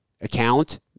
account